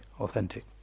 authentic